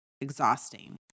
exhausting